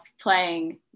playing